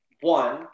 one